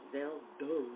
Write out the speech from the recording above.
Zeldo